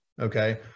okay